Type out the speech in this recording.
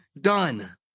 done